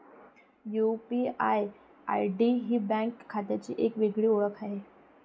UPI ID ही bank खात्याची एक वेगळी ओळख आहे